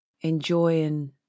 enjoying